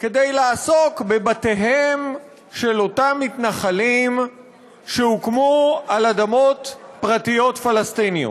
כדי לעסוק בבתיהם של אותם מתנחלים שהוקמו על אדמות פרטיות פלסטיניות.